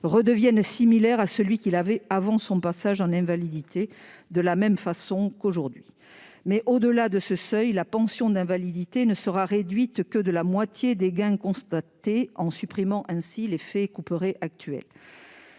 redevienne similaire à celui qu'il avait avant son passage en invalidité, de la même façon qu'aujourd'hui. Mais, au-delà de ce seuil, la pension d'invalidité ne sera réduite que de la moitié des gains constatés, ce qui supprimera l'effet couperet actuel.